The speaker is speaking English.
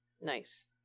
Nice